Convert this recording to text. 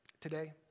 today